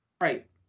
Right